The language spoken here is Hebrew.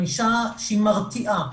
ענישה שהיא מרתיעה.